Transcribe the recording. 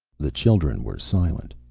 the children were silent.